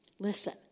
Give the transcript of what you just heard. Listen